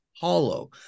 hollow